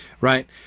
right